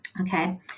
okay